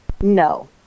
No